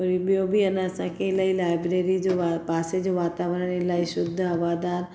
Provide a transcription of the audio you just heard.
वरी ॿियो बि आहे न असांखे लाइब्रेरी जो पासे जो वातावरणु इलाही शुद्ध हवादारु